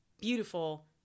beautiful